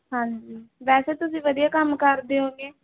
ਹਾਂਜੀ ਵੈਸੇ ਤੁਸੀਂ ਵਧੀਆ ਕੰਮ ਕਰਦੇ ਹੋਊਂਗੇ